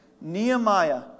Nehemiah